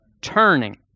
turning